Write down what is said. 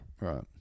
Right